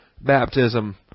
baptism